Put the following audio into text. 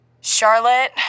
Charlotte